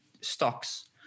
stocks